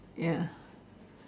ya